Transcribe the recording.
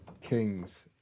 Kings